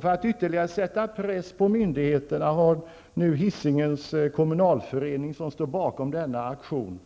För att ytterligare sätta press på myndigheterna har nu Hisingens kommunalförening, som står bakom denna aktion,